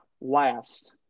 last